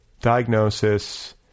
diagnosis